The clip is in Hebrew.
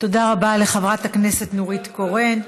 תודה רבה לחברת הכנסת נורית קורן.